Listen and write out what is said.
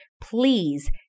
please